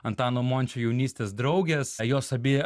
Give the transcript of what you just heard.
antano mončio jaunystės draugės jos abi